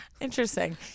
Interesting